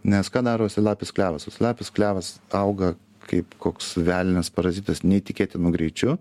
nes ką daro uosialapis klevas uosialapis klevas auga kaip koks velnias parazitas neįtikėtinu greičiu